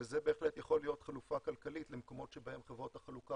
וזאת בהחלט יכולה להיות חלופה כלכלית למקומות שבהם חברות החלוקה